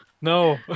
No